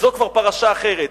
זו כבר פרשה אחרת,